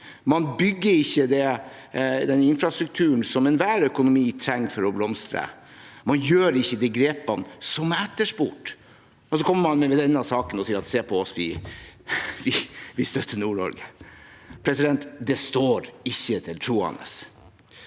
Man bygger ikke den infrastrukturen som enhver økonomi trenger for å blomstre, man gjør ikke de grepene som er etterspurt. Så kommer man med denne saken og sier: Se på oss, vi støtter Nord-Norge. Det står ikke til troende.